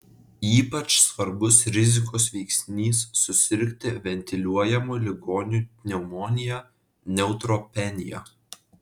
ypač svarbus rizikos veiksnys susirgti ventiliuojamų ligonių pneumonija neutropenija